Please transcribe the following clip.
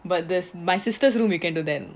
but there's my sister's room you can do that